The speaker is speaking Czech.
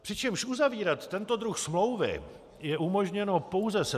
Přičemž uzavírat tento druh smlouvy je umožněno pouze se